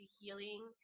healing